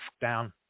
down